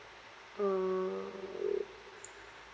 um